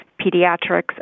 pediatrics